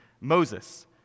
Moses